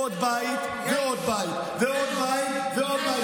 עוד בית ועוד בית ועוד בית ועוד בית,